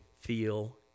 feel